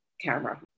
camera